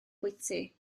bwyty